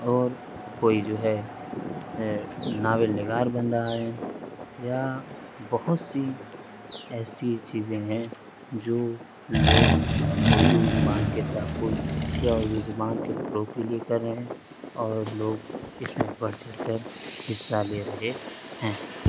اور کوئی جو ہے ناول نگار بن رہا آ ہے یا بہت سی ایسی چیزیں ہیں جو لوگ اردو زبان کے تحفظ یا اردو زبان کے فروغ کے لیے کر رہے ہیں اور لوگ اس میں بڑھ چڑھ کر حصہ لے رہے ہیں